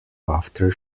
after